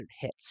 hits